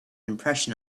impression